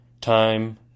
time